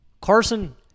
Carson